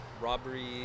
Robberies